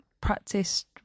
practiced